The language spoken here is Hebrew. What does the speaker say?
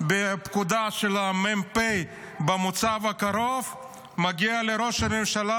בפקודה של המ"פ במוצב הקרוב מגיע לראש הממשלה,